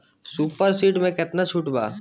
Super seeder मै कितना छुट बा?